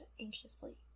anxiously